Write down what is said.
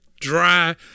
dry